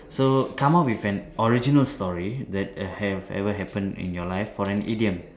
so come up with an original story that have ever happened in your life for an idiom